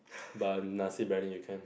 but nasi-briyani you can